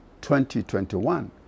2021